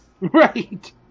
Right